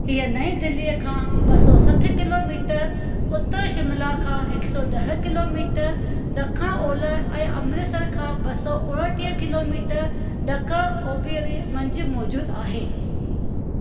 हीअ नई दिल्लीअ खां ॿ सौ सठि किलोमीटर उतर शिमला खां हिकु सौ ॾह किलोमीटर ॾखणु ओलह ऐं अमृतसर खां ॿ सौ उणिटीह किलोमीटर ॾखणु ओभरि मंझि मौजूदु आहे